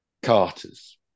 carters